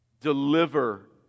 deliver